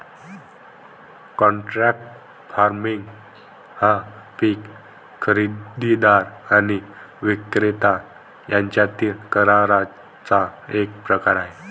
contract farming हा पीक खरेदीदार आणि विक्रेता यांच्यातील कराराचा एक प्रकार आहे